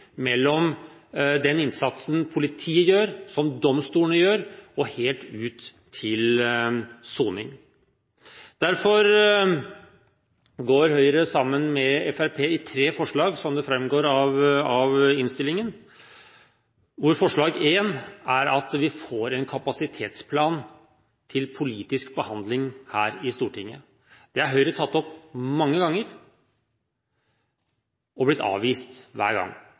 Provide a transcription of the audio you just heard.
mellom den innsatsen politiet gjør, som domstolene gjør og helt ut til soning. Derfor går Høyre sammen med Fremskrittspartiet og fremmer tre forslag, som det framgår av innstillingen. Forslag nr. 1 gjelder å få en kapasitetsplan til politisk behandling her i Stortinget. Det har Høyre tatt opp mange ganger, og det er blitt avvist hver gang.